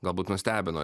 galbūt nustebino